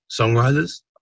songwriters